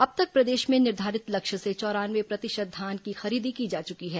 अब तक प्रदेश में निर्धारित लक्ष्य से चौरानवे प्रतिशत धान की खरीदी की जा चुकी है